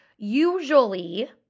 usually